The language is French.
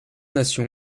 nation